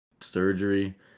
surgery